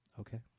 Okay